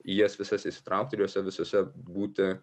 į jas visas įsitraukti ir jose visose būti